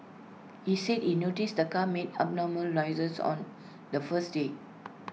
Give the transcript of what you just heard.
he said he noticed the car made abnormal noises on the first day